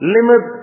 Limit